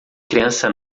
criança